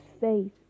faith